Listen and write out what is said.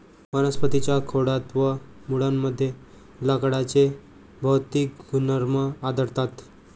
वनस्पतीं च्या खोडात व मुळांमध्ये लाकडाचे भौतिक गुणधर्म आढळतात